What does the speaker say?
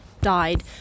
died